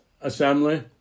assembly